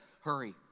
Hurry